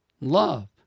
love